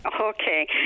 okay